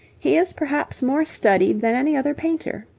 he is perhaps more studied than any other painter.